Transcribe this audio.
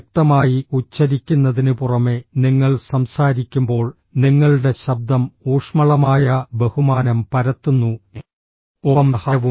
വ്യക്തമായി ഉച്ചരിക്കുന്നതിനുപുറമെ നിങ്ങൾ സംസാരിക്കുമ്പോൾ നിങ്ങളുടെ ശബ്ദം ഊഷ്മളമായ ബഹുമാനം പരത്തുന്നു ഒപ്പം സഹായവും